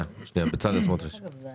בצלאל סמוטריץ', בבקשה.